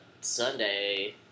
Sunday